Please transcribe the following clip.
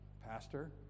pastor